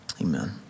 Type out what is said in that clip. Amen